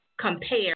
compare